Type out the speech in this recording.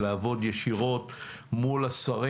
לעבוד ישירות מול השרים.